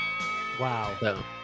Wow